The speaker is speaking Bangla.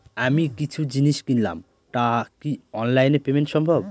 আমি কিছু জিনিস কিনলাম টা কি অনলাইন এ পেমেন্ট সম্বভ?